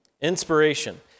inspiration